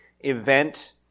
event